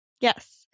Yes